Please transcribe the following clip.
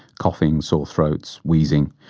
coughing, sore throats, wheezing.